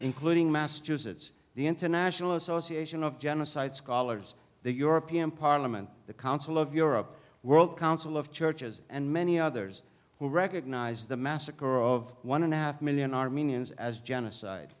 including massachusetts the international association of genocide scholars the european parliament the council of europe world council of churches and many others who recognize the massacre of one and a half million armenians as genocide